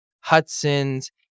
Hudson's